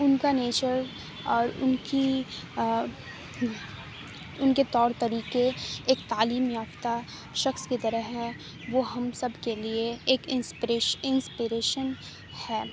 ان کا نیچر اور ان کی ان کے طور طریقے ایک تعلیم یافتہ شخص کی طرح ہیں وہ ہم سب کے لیے ایک انسپریش انسپریشن ہیں